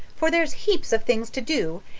for there's heaps of things to do.